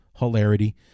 hilarity